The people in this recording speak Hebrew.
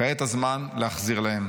כעת הזמן להחזיר להם.